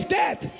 death